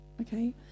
Okay